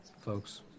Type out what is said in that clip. folks